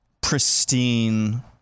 pristine